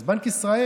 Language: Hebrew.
אז בנק ישראל,